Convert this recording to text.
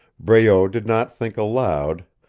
breault did not think aloud.